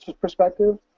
perspective